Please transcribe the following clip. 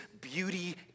beauty